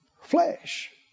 Flesh